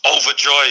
overjoyed